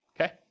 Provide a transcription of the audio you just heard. okay